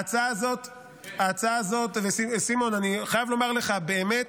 ההצעה הזאת סימון, אני חייב לומר לך, באמת,